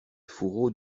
fourreau